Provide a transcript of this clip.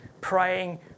praying